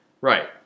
Right